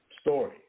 story